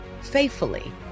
faithfully